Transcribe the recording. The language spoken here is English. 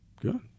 Good